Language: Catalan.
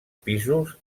pisos